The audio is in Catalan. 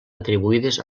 atribuïdes